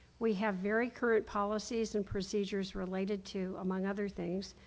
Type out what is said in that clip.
we have very current policies and procedures related to, among other things,